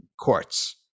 courts